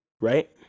right